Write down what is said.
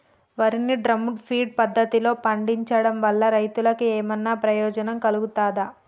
వరి ని drum feed పద్ధతిలో పండించడం వల్ల రైతులకు ఏమన్నా ప్రయోజనం కలుగుతదా?